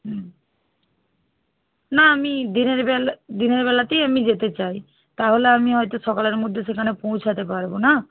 হুম না আমি দিনেরবেলা দিনেরবেলাতেই আমি যেতে চাই তাহলে আমি হয়তো সকালের মধ্যে সেখানে পৌঁছাতে পারব না